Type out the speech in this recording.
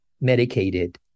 medicated